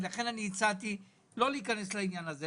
לכן אני הצעתי לא להיכנס לעניין הזה.